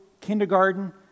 kindergarten